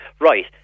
Right